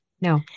No